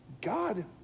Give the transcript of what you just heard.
God